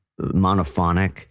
monophonic